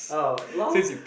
oh lol